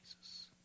Jesus